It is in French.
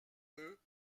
peu